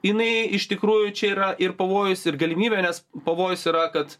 jinai iš tikrųjų čia yra ir pavojus ir galimybė nes pavojus yra kad